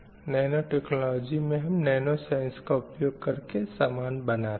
nano technology में हम nano science का उपयोग करके समान बनाते हैं